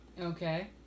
Okay